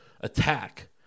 attack